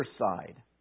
side